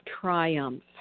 triumph